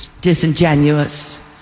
disingenuous